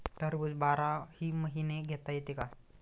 टरबूज बाराही महिने घेता येते का?